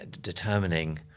determining